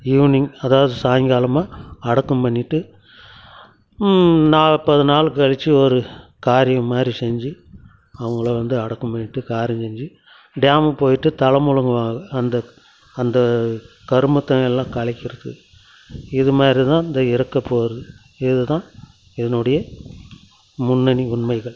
evening அதாவது சாய்ங்காலமா அடக்கம் பண்ணிட்டு நாற்பது நாள் கழிச்சி ஒரு காரியம் மாதிரி செஞ்சு அவங்களை வந்து அடக்கம் பண்ணிட்டு காரியம் செஞ்சு டேம்மு போயிட்டு தலை முழுகுவாங்க அந்த அந்த கருமத்தை எல்லாம் கழிக்கிறதுக்கு இது மாதிரிதான் இந்த இறக்கப்போகிறது இதுதான் இதனுடைய முன்னணி உண்மைகள்